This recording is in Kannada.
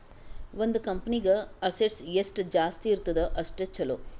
ಒಂದ್ ಕಂಪನಿಗ್ ಅಸೆಟ್ಸ್ ಎಷ್ಟ ಜಾಸ್ತಿ ಇರ್ತುದ್ ಅಷ್ಟ ಛಲೋ